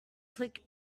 click